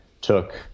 took